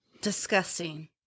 Disgusting